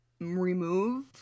remove